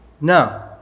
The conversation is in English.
no